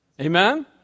amen